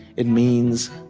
it means,